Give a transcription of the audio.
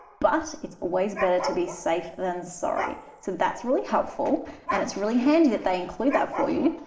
but it's always better to be safe than sorry. so that's really helpful and it's really handy that they include that for you.